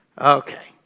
Okay